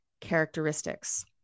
characteristics